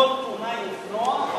כל תאונה עם אופנוע,